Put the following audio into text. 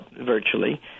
virtually